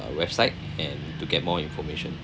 website and to get more information